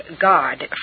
God